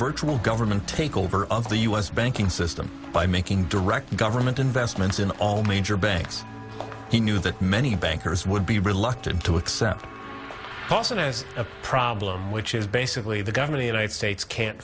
virtual government takeover of the u s banking system by making direct government investments in all major banks he knew that many bankers would be reluctant to accept paulson as a problem which is basically the government united states can't